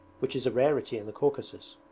which is a rarity in the caucasus.